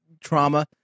trauma